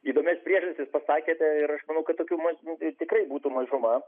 įdomias priežastis pasakėte ir aš manau kad tokių maž tikrai būtų mažuma